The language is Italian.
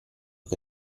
che